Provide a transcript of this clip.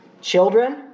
Children